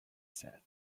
said